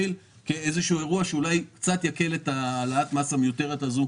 כאיזשהו אירוע שאולי קצת יקל על העלאת המס המיותרת הזאת,